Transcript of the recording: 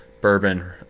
bourbon